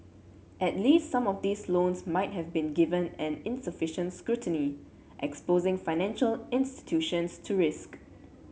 at least some of these loans might have been given and insufficient scrutiny exposing financial institutions to risk